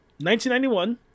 1991